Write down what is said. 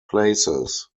places